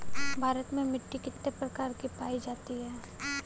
भारत में मिट्टी कितने प्रकार की पाई जाती हैं?